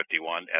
51